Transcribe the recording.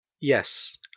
Yes